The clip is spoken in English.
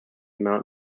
mount